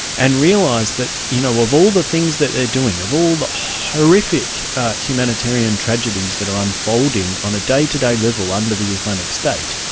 and realise that you know of all the things that they are doing, of all the horrific humanitarian tragedies that are unfolding on a day-to-day level under the islamic state,